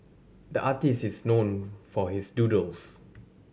the artist is known for his doodles